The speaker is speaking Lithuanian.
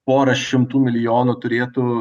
porą šimtų milijonų turėtų